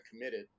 committed